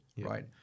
right